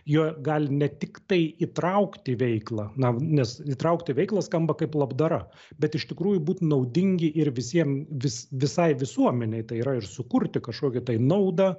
jie gali ne tiktai įtraukti į veiklą na nes įtraukti į veiklą skamba kaip labdara bet iš tikrųjų būt naudingi ir visiem vis visai visuomenei tai yra ir sukurti kažkokią naudą